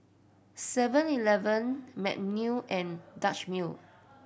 Seven Eleven Magnum and Dutch Mill